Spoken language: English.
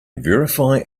verify